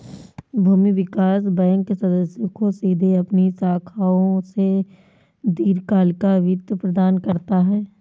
भूमि विकास बैंक सदस्यों को सीधे अपनी शाखाओं से दीर्घकालिक वित्त प्रदान करता है